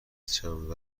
چند